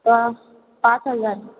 तर पाच हजार